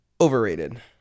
overrated